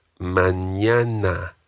mañana